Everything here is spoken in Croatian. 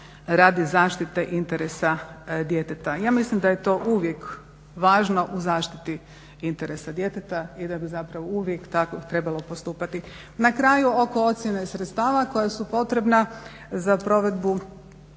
radi zaštite interesa djeteta. Ja mislim da je to uvijek važno u zaštiti interesa djeteta i da bi zapravo uvijek tako trebalo postupati. Na kraju oko ocjene sredstava koja su potrebna za provedbu